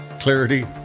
clarity